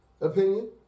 opinion